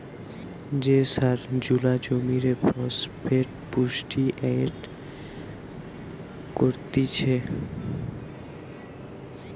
যে সার জুলা জমিরে ফসফেট পুষ্টি এড করতিছে